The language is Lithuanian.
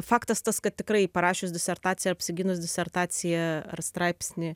faktas tas kad tikrai parašius disertaciją apsigynus disertaciją ar straipsnį